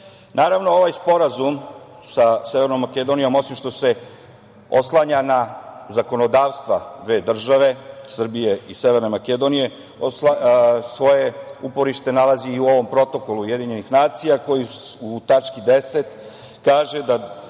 koristi. Naravno, ovaj Sporazum sa Severnom Makedonijom, osim što se oslanja na zakonodavstva dve države Srbije i Severne Makedonije, svoje uporište nalazi i u ovom Protokolu UN koji u tački 10. kaže da